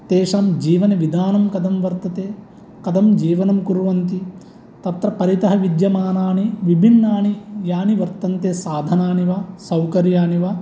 तेषां जीवनविधानं कथं वर्तते कथं जीवनं कुर्वन्ति तत्र परितः विद्यमानानि विभिन्नानि यानि वर्तन्ते साधनानि वा सौकर्यानि वा